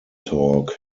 talk